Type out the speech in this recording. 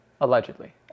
allegedly